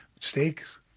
Steaks